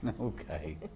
Okay